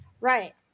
Right